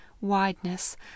wideness